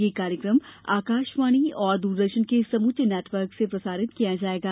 यह कार्यक्रम आकाशवाणी और दूरदर्शन के समूचे नेटवर्क से प्रसारित किया जाएगा